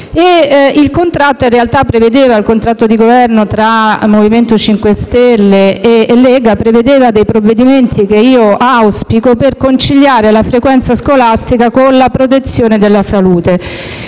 un artificio. In realtà il contratto di Governo tra MoVimento 5 Stelle e Lega prevedeva dei provvedimenti, che io auspico, per conciliare la frequenza scolastica con la protezione della salute.